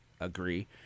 Agree